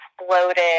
exploded